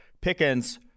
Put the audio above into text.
Pickens